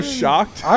shocked